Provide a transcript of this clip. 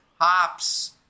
hops